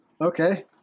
Okay